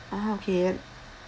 ah okay then